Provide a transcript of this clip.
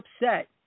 upset